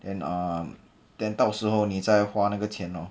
then um then 到时候你再花那个钱 lor